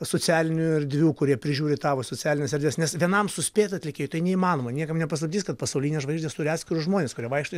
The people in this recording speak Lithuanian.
socialinių erdvių kurie prižiūri tavo socialines erdves nes vienam suspėt atlikėjui tai neįmanoma niekam ne paslaptis kad pasaulinės žvaigždės turi atskirus žmones kurie vaikšto